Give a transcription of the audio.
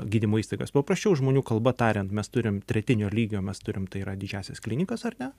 gydymo įstaigas paprasčiau žmonių kalba tariant mes turim tretinio lygio mes turim tai yra didžiąsias klinikas ar ne